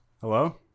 Hello